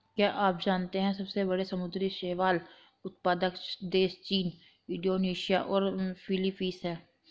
क्या आप जानते है सबसे बड़े समुद्री शैवाल उत्पादक देश चीन, इंडोनेशिया और फिलीपींस हैं?